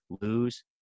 lose